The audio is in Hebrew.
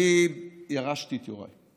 אני ירשתי את יוראי,